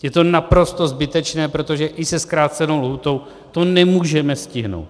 Je to naprosto zbytečné, protože i se zkrácenou lhůtou to nemůžeme stihnout.